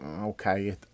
okay